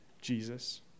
Jesus